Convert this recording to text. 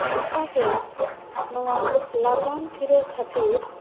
ᱚᱱᱠᱟᱜᱮ ᱱᱚᱣᱟ ᱞᱟᱜᱟᱱ ᱠᱤᱨᱟᱹ ᱠᱷᱟᱹᱛᱤᱨ